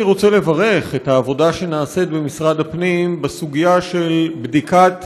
אני רוצה לברך על העבודה שנעשית במשרד הפנים בסוגיה של בדיקת